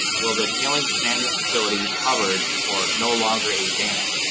will the tailings manager facility be covered or no longer a dam?